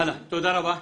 הלאה, תודה רבה.